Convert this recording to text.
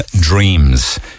dreams